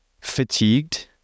fatigued